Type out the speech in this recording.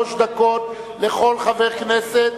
שלוש דקות לכל חבר כנסת.